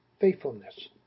faithfulness